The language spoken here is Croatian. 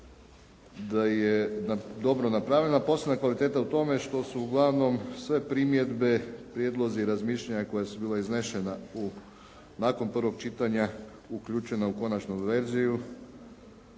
da je dobro napravljen a posebna je kvaliteta u tome što su uglavnom sve primjedbe, prijedlozi i razmišljanja koja su bila iznešena u, nakon prvog čitanja uključena u konačnu verziju